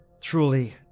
Truly